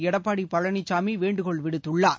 எடப்பாடி பழனிசாமி வேண்டுகோள் விடுத்துள்ளார்